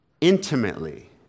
intimately